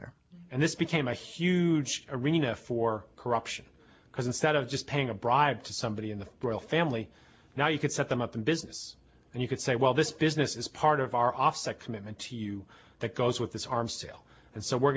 there and this became a huge arena for corruption because instead of just paying a bribe to somebody in the royal family now you could set them up in business and you could say well this business is part of our offset commitment to you that goes with this harm still and so we're